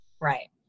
right